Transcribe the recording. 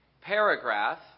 paragraph